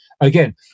Again